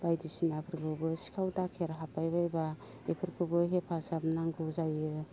बायदिसिनाफोरखौबो सिखाव दाखेर हाबबाय बायब्ला बेफोरखौबो हेफाजाब नांगौ जायो